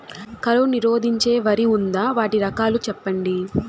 కరువు నిరోధించే వరి ఉందా? వాటి రకాలు చెప్పండి?